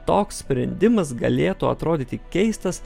toks sprendimas galėtų atrodyti keistas